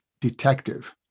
detective